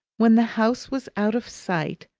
when the house was out of sight,